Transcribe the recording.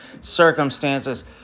circumstances